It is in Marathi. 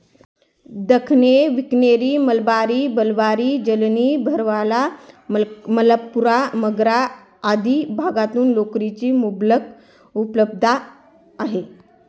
दख्खनी, बिकनेरी, मलबारी, बल्लारी, जालौनी, भरकवाल, मालपुरा, मगरा आदी भागातून लोकरीची मुबलक उपलब्धता आहे